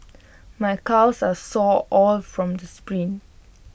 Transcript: my calves are sore all from the sprints